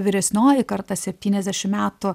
vyresnioji karta septyniasdešimt metų